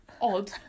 odd